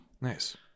Nice